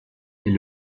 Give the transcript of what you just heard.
est